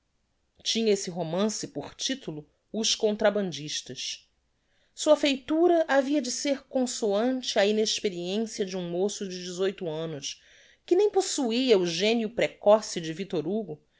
tinha esse romance por titulo os contrabandistas sua feitura havia de ser consoante á inexperiencia de um moço de annos que nem possuia o genio precoce de victor hugo